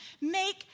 Make